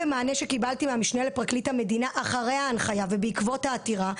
במענה שקיבלתי מהמשנה לפרקליט המדינה אחרי ההנחיה ובעקבות העתירה,